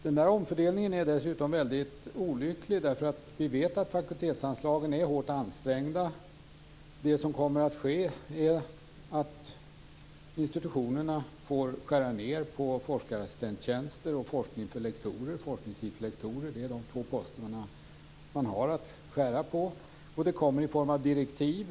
Denna omfördelning är dessutom mycket olycklig, eftersom vi vet att fakultetsanslagen är hårt ansträngda. Det som kommer att ske är att institutionerna får skära ned på forskarassistenttjänster och forskning för lektorer. Det är de två poster som man har att skära i. Det kommer i form av direktiv.